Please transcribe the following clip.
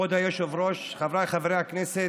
כבוד היושב-ראש, חבריי חברי הכנסת,